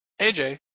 AJ